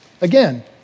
Again